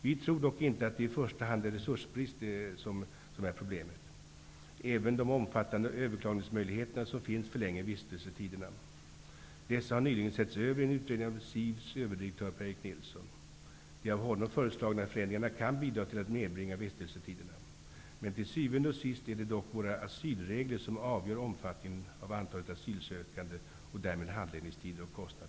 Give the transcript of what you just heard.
Vi tror dock inte att det i första hand är resursbrist som är problemet. Även de omfattande överklagningsmöjligheter som finns förlänger vistelsetiderna. Dessa har nyligen setts över i en utredning av SIV:s överdirektör Per-Eric Nilsson. De av honom föreslagna förändringarna kan bidra till att nedbringa vistelsetiderna. Men till syvende och sist är det våra asylregler som avgör omfattningen av antalet asylsökande och därmed handläggningstider och kostnader.